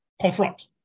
confront